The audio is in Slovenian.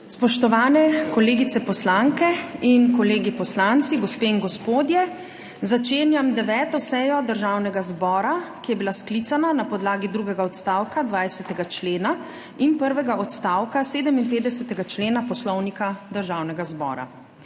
Spoštovani kolegice poslanke in kolegi poslanci, gospe in gospodje! Začenjam 9. sejo Državnega zbora, ki je bila sklicana na podlagi drugega odstavka 20. člena in prvega odstavka 57. člena Poslovnika Državnega zbora.